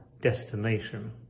destination